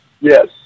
Yes